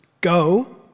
Go